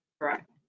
Correct